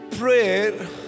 Prayer